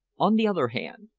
on the other hand,